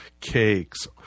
cakes